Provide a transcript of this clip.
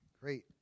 Great